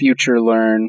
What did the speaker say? FutureLearn